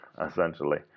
essentially